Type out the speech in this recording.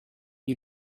you